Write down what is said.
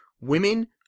Women